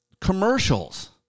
Commercials